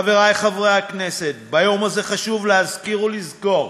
חברי חברי הכנסת, ביום הזה חשוב להזכיר ולזכור